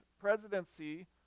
presidency